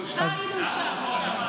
הינה, הוא שם.